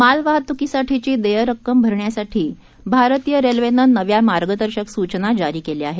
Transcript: मालवाहत्कीसाठीची देय रक्कम भरण्यासाठी भारतीय रेल्वेनं नव्या मार्गदर्शक सूचना जारी केल्या आहेत